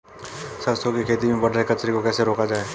सरसों की खेती में बढ़ रहे कचरे को कैसे रोका जाए?